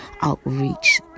outreach